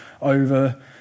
over